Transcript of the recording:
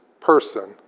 person